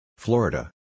Florida